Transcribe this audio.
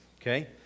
Okay